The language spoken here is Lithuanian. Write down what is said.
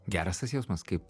geras tas jausmas kaip